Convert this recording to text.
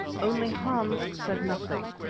only hans said nothing.